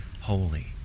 holy